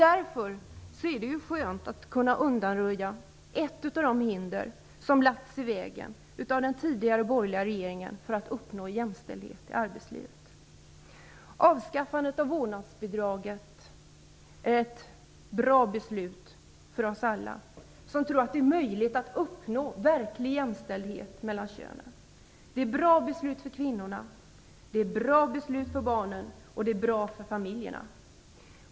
Därför är det skönt att kunna undanröja ett av de hinder som av den tidigare borgerliga regeringen lagts i vägen för att uppnå jämställdhet i arbetslivet. Avskaffandet av vårdnadsbidraget är ett bra beslut för oss alla som tror att det är möjligt att uppnå verklig jämställdhet mellan könen. Det är ett bra beslut för kvinnorna, det är ett bra beslut för barnen och det är bra för familjerna.